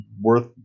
worth